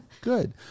Good